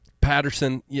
Patterson